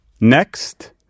Next